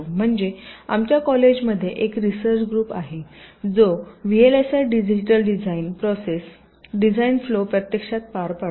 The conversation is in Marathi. म्हणजे आमच्या कॉलेजमध्ये एक रिसर्च ग्रुप आहे जो VLSI digital design process design flow प्रत्यक्षात पार पाडतो